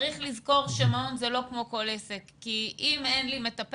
צריך לזכור שמעון הוא לא כמו כל עסק כי אם אין לי מטפלת,